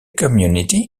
community